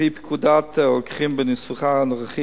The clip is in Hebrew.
על-פי פקודת הרוקחים בניסוחה הנוכחי,